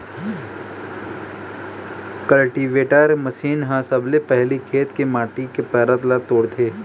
cultivator machine ह सबले पहिली खेत के माटी के परत ल तोड़थे